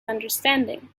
understanding